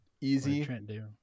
easy